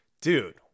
dude